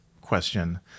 question